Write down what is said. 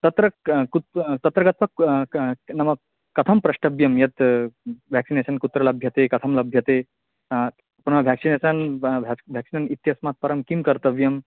तत्र क् कुत्र तत्रगत्वा कः नाम कथं प्रष्टव्यं यत् व्याक्सिनेशन् कुत्र लभ्यते कथं लभ्यते पुनः व्याक्शिनेशन् ब व्या व्याक्सिन् इत्यस्मात् परं किं कर्तव्यं